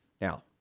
Now